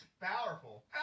powerful